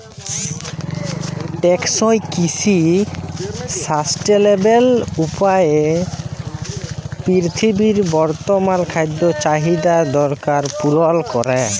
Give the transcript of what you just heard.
টেকসই কিসি সাসট্যালেবেল উপায়ে পিরথিবীর বর্তমাল খাদ্য চাহিদার দরকার পুরল ক্যরে